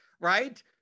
right